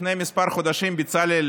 ינון, כשלפני כמה חודשים בצלאל